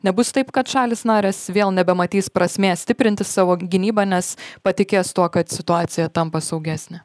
nebus taip kad šalys narės vėl nebematys prasmės stiprinti savo gynybą nes patikės tuo kad situacija tampa saugesnė